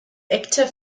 actor